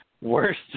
worst